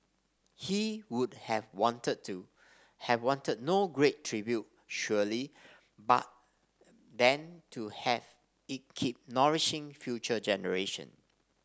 he would have wanted to have wanted no great tribute surely but than to have it keep nourishing future generation